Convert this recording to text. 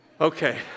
Okay